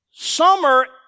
Summer